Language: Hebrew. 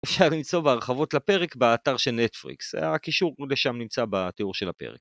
אפשר למצוא בהרחבות לפרק באתר של נטפריקס, הקישור כמובן שם נמצא בתיאור של הפרק.